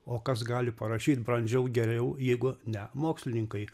o kas gali parašyt brandžiau geriau jeigu ne mokslininkai